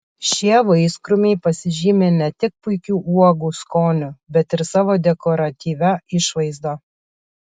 šie vaiskrūmiai pasižymi ne tik puikiu uogų skoniu bet ir savo dekoratyvia išvaizda